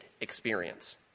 experience